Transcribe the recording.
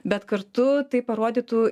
bet kartu tai parodytų